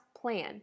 plan